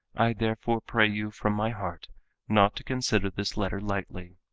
i therefore pray you from my heart not to consider this letter lightly.